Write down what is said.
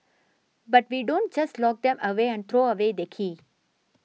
but we don't just lock them away and throw away the key